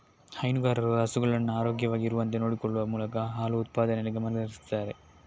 ಹೈನುಗಾರರು ಹಸುಗಳನ್ನ ಆರೋಗ್ಯವಾಗಿ ಇರುವಂತೆ ನೋಡಿಕೊಳ್ಳುವ ಮೂಲಕ ಹಾಲು ಉತ್ಪಾದನೆಯಲ್ಲಿ ಗಮನ ಹರಿಸ್ತಾರೆ